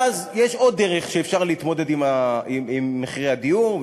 אז יש עוד דרך להתמודד עם מחירי הדיור,